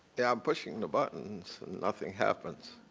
yeah i'm pushing the buttons and nothing happens.